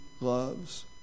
loves